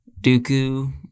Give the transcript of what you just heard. Dooku